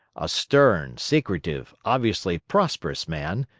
a stern, secretive, obviously prosperous man,